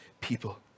people